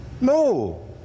no